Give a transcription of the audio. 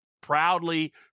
proudly